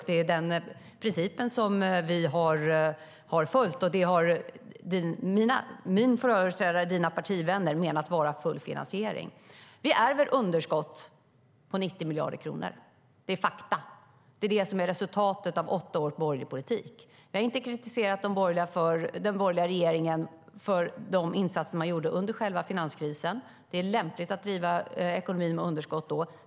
Det är den principen som vi har följt, och det har mina företrädare - dina partivänner - menat vara full finansiering. Vi ärver ett underskott på 90 miljarder kronor. Det är fakta. Det är resultatet av åtta års borgerlig politik. Vi har inte kritiserat den borgerliga regeringen för de insatser man gjorde under själva finanskrisen. Det är lämpligt att driva ekonomin med underskott då.